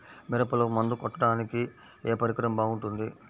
మిరపలో మందు కొట్టాడానికి ఏ పరికరం బాగుంటుంది?